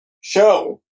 show